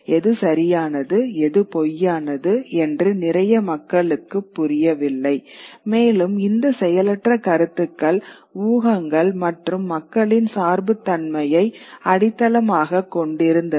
எது சரியானது எது பொய்யானது என்று நிறைய மக்களுக்கு புரியவில்லை மேலும் இந்த செயலற்ற கருத்துக்கள் ஊகங்கள் மற்றும் மக்களின் சார்புத் தன்மையை அடித்தளமாகக் கொண்டிருந்தது